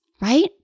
right